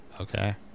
Okay